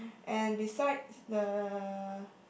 and besides the